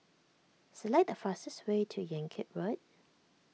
select the fastest way to Yan Kit Road